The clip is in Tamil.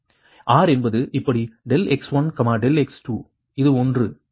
R என்பது இப்படி ∆x1 ∆x2 இது ஒன்று சரியா